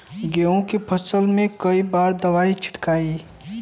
गेहूँ के फसल मे कई बार दवाई छिड़की?